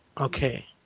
Okay